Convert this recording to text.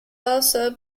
also